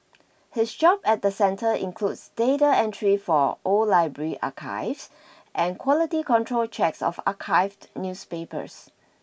his job at the centre includes data entry for old library archives and quality control checks of archived newspapers